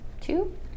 two